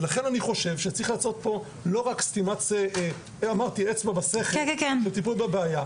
ולכן אני חושב שצריך לעשות פה לא רק אצבע בסכר לטיפול בבעיה.